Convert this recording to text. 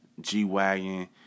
G-Wagon